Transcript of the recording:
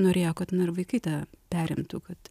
norėjo kad ir vaikai tą perimtų kad